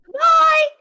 Bye